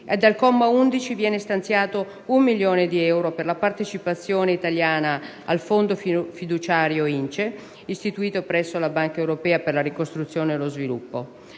Al comma 11, viene stanziato un milione di euro per la partecipazione italiana al Fondo fiduciario INCE, istituito presso la Banca europea per la ricostruzione e lo sviluppo.